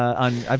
on